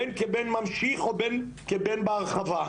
בין כבן ממשיך או בין כבן בהרחבה.